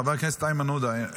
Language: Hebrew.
חבר הכנסת איימן עודה,